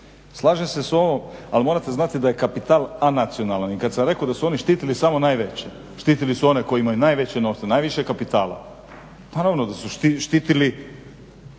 Slažem se s vama, ali morate znati da je kapital anacionalan i kad sam rekao da su oni štitili samo najveće, štitili su one koji imaju najveće novce, najviše kapitala, naravno da su štitili